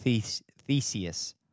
Theseus